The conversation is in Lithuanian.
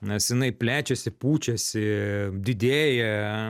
nes jinai plečiasi pučiasi didėja